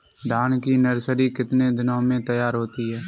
धान की नर्सरी कितने दिनों में तैयार होती है?